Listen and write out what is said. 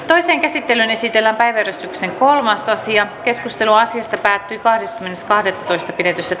toiseen käsittelyyn esitellään päiväjärjestyksen kolmas asia keskustelu asiasta päättyi kahdeskymmenes kahdettatoista kaksituhattakuusitoista pidetyssä